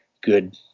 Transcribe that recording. good